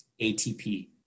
ATP